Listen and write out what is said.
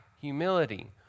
humility